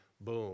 boom